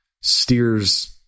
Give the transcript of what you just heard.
steers